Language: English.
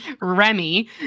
Remy